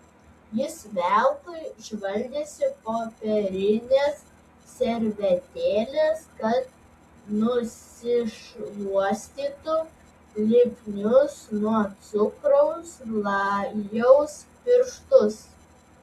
jis veltui žvalgėsi popierinės servetėlės kad nusišluostytų lipnius nuo cukraus glajaus pirštus